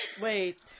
Wait